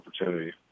opportunity